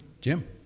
Jim